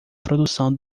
produção